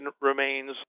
remains